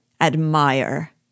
admire